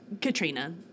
Katrina